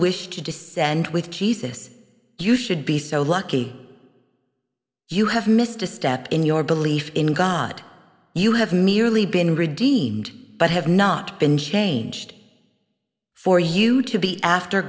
wish to descend with jesus you should be so lucky you have missed a step in your belief in god you have merely been redeemed but have not been changed for you to be after